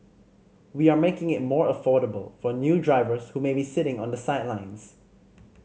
we are making it more affordable for new drivers who may be sitting on the sidelines